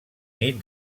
nit